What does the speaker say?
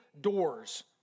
doors